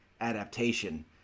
adaptation